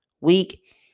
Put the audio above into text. week